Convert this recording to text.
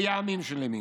לימים שלמים,